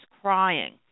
crying